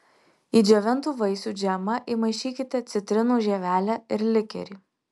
į džiovintų vaisių džemą įmaišykite citrinų žievelę ir likerį